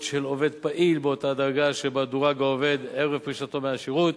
של עובד פעיל באותה דרגה שבה דורג העובד ערב פרישתו מהשירות.